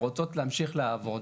רוצות להמשיך לעבוד,